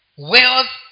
Wealth